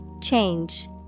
Change